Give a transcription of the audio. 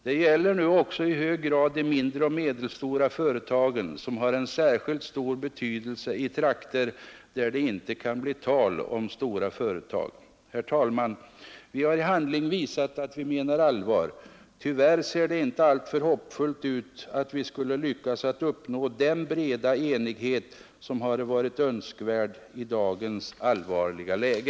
Det gäller nu också i hög grad de mindre och medelstora företagen som har en särskilt stor betydelse i trakter där det inte kan bli tal om stora företag. Herr talman! Vi har i handling visat att vi menar allvar. Tyvärr ser det inte alltför hoppfullt ut att vi skulle lyckas uppnå den breda enighet som hade varit önskvärd i dagens allvarliga läge.